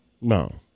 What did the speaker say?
no